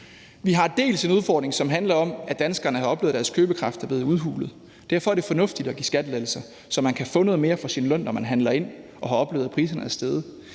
Vi har dels en udfordring, som handler om, at danskerne har oplevet, at deres købekraft er blevet udhulet. Derfor er det fornuftigt at give skattelettelser, så man kan få noget mere for sin løn, når man handler ind og har oplevet, at priserne er steget.